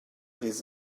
this